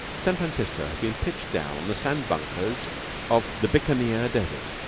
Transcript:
san francisco has been pitched down on the sand bunkers of the bikaneer desert.